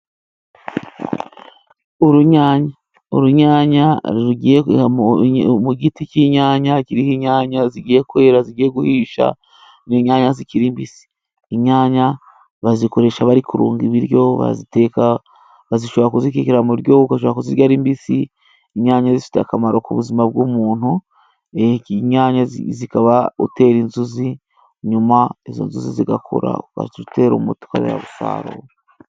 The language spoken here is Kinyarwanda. Urunyanya, urunyanya rugiye mu giti cy'inyanya kiriho inyanya zigiye kwera, zigiye guhisha n'inyanya zikiri mbisi. Inyanya bazikoresha bari kurunga ibiryo, baziteka, bashobora kuzikekera mu buryo, ugashobora kuzirya ari mbisi, inyanya zifite akamaro ku buzima bw'umuntu, inyanya zikaba utera inzuzi, nyuma izo nzuzi zigakura, ukazitera umuti, ukanazisarura.